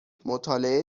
مطالعه